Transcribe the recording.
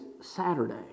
Saturday